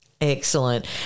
Excellent